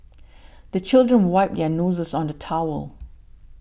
the children wipe their noses on the towel